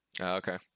okay